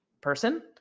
person